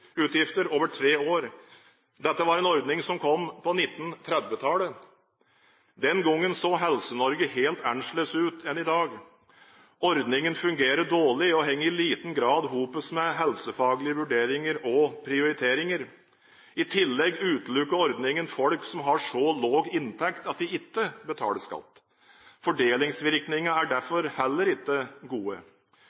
over tre år. Dette var en ordning som kom på 1930-tallet. Den gang så Helse-Norge helt annerledes ut enn i dag. Ordningen fungerer dårlig og henger i liten grad sammen med helsefaglige vurderinger og prioriteringer. I tillegg utelukker ordningen folk som har så lav inntekt at de ikke betaler skatt. Fordelingsvirkningene er